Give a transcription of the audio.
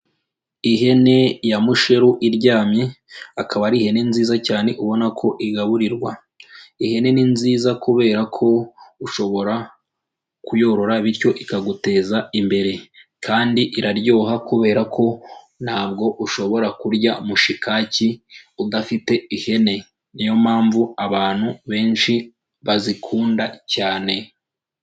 Ihene ya musheru iryamye, akaba ari ihene nziza cyane ubona ko igaburirwa. Ihene ni nziza kubera ko ushobora kuyorora bityo ikaguteza imbere kandi iraryoha kubera ko ntabwo ushobora kurya mushikaki udafite ihene, niyo mpamvu abantu benshi bazikunda cyane.